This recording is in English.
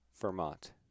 Vermont